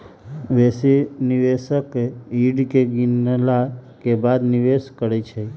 बेशी निवेशक यील्ड के गिनला के बादे निवेश करइ छै